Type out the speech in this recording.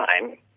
time